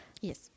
Yes